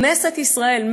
כנסת ישראל,